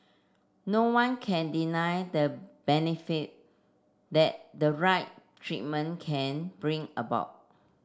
no one can deny the benefit that the right treatment can bring about